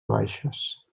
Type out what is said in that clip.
baixes